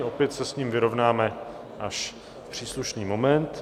Opět se s ním vyrovnáme až v příslušný moment.